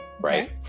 right